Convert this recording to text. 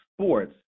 sports